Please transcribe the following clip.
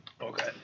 Okay